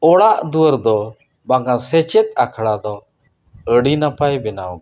ᱚᱲᱟᱜ ᱫᱩᱣᱟᱹᱨ ᱫᱚ ᱵᱟᱝᱼᱟ ᱥᱮᱪᱮᱫ ᱟᱠᱷᱲᱟ ᱫᱚ ᱟᱹᱰᱤ ᱱᱟᱯᱟᱭ ᱵᱮᱱᱟᱣ ᱠᱮᱫᱼᱟ